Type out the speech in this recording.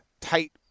tight